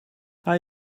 hij